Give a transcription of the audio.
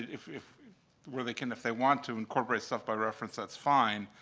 if if where they can, if they want to, incorporate stuff by reference, that's fine.